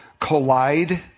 collide